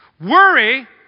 Worry